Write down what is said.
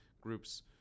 groups